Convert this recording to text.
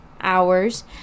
hours